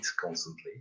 constantly